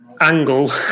angle